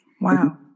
Wow